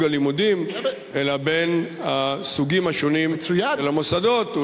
הלימודים אלא בין הסוגים השונים בין המוסדות.